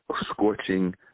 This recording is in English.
scorching